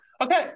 okay